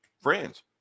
friends